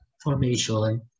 formation